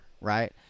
right